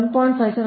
5753 0